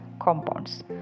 compounds